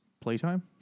playtime